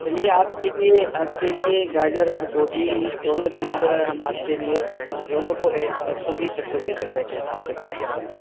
چلیے آپ کے لیے آپ کے لیے گاجر اور گوبھی دونوں چیزیں ہم آپ کے لیے دونوں کو ایک ایک سو بیس ایک سو بیس روپئے کے حساب سے دے سکتے ہیں